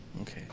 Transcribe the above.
Okay